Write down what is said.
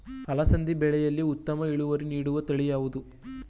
ಅಲಸಂದಿ ಬೆಳೆಯಲ್ಲಿ ಉತ್ತಮ ಇಳುವರಿ ನೀಡುವ ತಳಿ ಯಾವುದು?